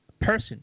person